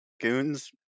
goons